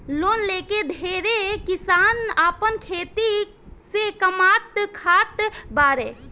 loan लेके ढेरे किसान आपन खेती से कामात खात बाड़े